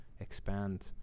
expand